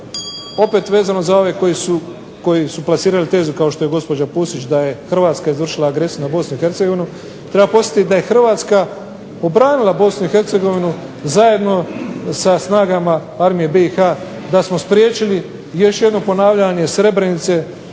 opet vezano za ove koji su plasirali tezu kao što je gospođa Pusić da je Hrvatska izvršila agresiju na Bosnu i Hercegovinu. Treba podsjetiti da je Hrvatska obranila Bosnu i Hercegovinu zajedno sa snagama armije BiH, da smo spriječili i još jedno ponavljanje Srebrenice,